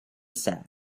said